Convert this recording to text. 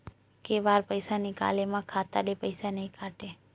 के बार पईसा निकले मा खाता ले पईसा नई काटे?